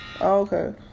Okay